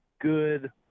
good